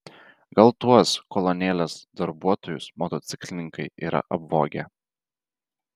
gal tuos kolonėlės darbuotojus motociklininkai yra apvogę